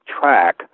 track